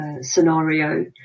scenario